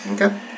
Okay